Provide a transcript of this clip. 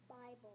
Bible